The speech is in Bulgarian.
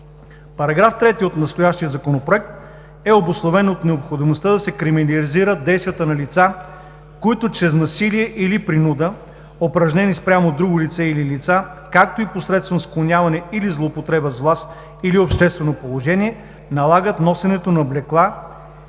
Параграф 3 от настоящия Законопроект е обоснован от необходимостта да се криминализират действията на лица, които чрез насилие или принуда, упражнени спрямо друго лице или лица, както и посредством склоняване или злоупотреба с власт или обществено положение, налагат носенето на облекла